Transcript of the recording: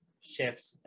shift